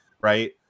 right